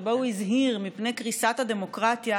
שבו הוא הזהיר מפני קריסת הדמוקרטיה,